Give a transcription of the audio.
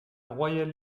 royale